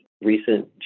recent